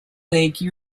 league